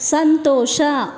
ಸಂತೋಷ